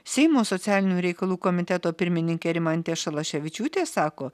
seimo socialinių reikalų komiteto pirmininkė rimantė šalaševičiūtė sako